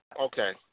Okay